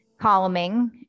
columning